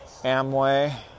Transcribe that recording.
Amway